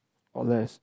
or less